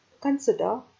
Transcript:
Consider